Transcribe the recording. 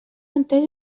entès